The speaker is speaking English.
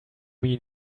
mean